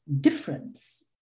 difference